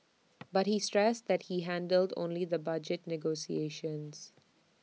but he stressed that he handled only the budget negotiations